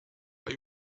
bei